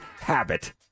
habit